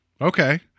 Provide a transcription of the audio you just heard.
Okay